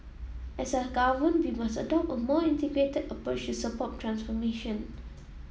as a Government we must adopt a more integrated approach to support transformation